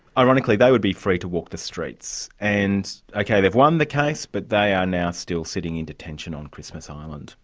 ironically, they would be free to walk the streets. and, okay, they've won the case, but they are now still sitting in detention on christmas island.